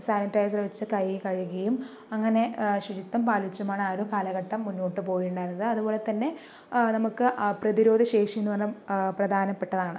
sanitiser വെച്ച് കൈ കഴുകിയും അങ്ങനെ ശുചിത്വം പാലിച്ചുമാണ് ആ ഒരു കാലഘട്ടം മുന്നോട്ട് പോകുന്നുണ്ടായിരുന്നത് അതുപോലെ തന്നെ നമുക്ക് പ്രതിരോധ ശേഷി എന്ന് പറയുന്നത് പ്രധാനപ്പെട്ടതാണ്